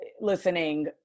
listening